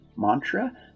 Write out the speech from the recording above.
Mantra